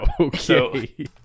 Okay